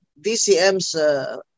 DCMs